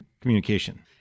communication